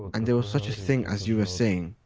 and there was such a thing as you are saying.